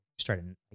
Started